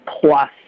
plus